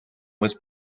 was